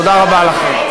תודה רבה לכם.